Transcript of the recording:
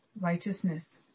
righteousness